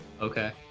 Okay